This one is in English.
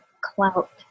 clout